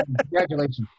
Congratulations